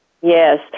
Yes